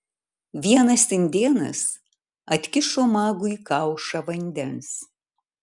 vienas indėnas atkišo magui kaušą vandens